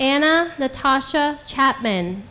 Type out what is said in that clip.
and natasha chapman